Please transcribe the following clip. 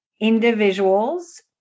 individuals